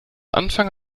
anfang